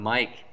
Mike